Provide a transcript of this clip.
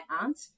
aunt